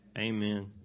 Amen